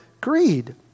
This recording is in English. greed